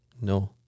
No